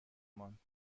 ماند